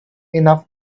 enough